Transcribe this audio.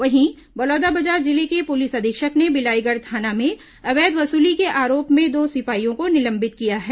वहीं बलौदाबाजार जिले के पुलिस अधीक्षक ने बिलाईगढ़ थाना में अवैध वसूली के आरोप में दो सिपाहियों को निलंबित किया है